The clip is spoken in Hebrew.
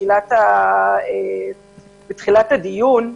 בתחילת הדיון,